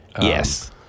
yes